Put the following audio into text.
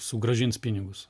sugrąžins pinigus